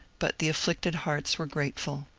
but the afflicted hearts were grateful